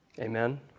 Amen